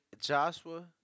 Joshua